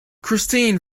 christine